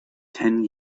ten